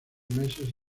meses